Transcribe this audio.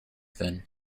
then